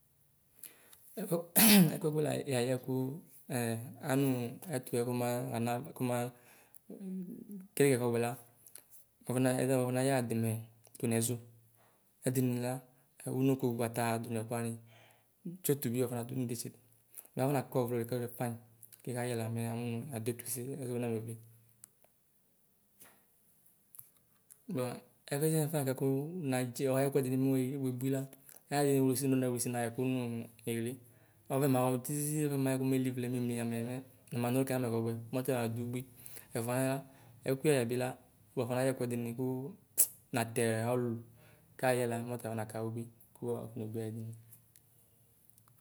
Ɛ ɛkuɛ kuya yayɛ ku ɛ anuu ɛtuɛ kɔma ana tɛyɛ kɔbɔɛ la nafɔna. nafɔ na yɛ adɛmɛ du nɛzʋ, ɛdinila. unokogbataa du nɛkuwani tsotu bi la kaɔnadu nidetsie. Talafɔnakɔ ɔvlɔli kɔbɔɛ fayi kɛkayɛ la mɛ yamunu yaduɛtuse ɛsɛdi namewle. Bua ɛkuɛ tinyaŋtɛ nedʒi ɔ ɛkuɛdi bi neme bai la mayɛ we sili wesiliayɛku nu u iɣli kunaʒɔ na ɣutiʒii nime nimelivlɛ nime mliamɛmɛ namanu mɛtsialɛ kɔbɔɛ mɛtsiaɣa gbigbi. Tatɛfuɛ la ɛkʋye aye bila. ku yabana yɛkuɛdini kuu''ptsi''natɛ ɔlulu. kayɛla nɔtala afɔnakalubui kuu afone buialubui.